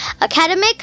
academic